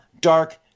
dark